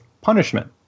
punishment